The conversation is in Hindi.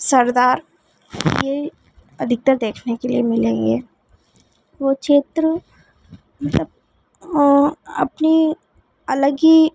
सरदार यह अधिकतर देखने के लिए मिलेंगे वह क्षेत्र मतलब अपनी अलग ही